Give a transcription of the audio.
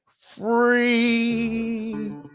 free